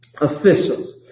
officials